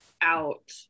out